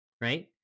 right